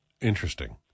Interesting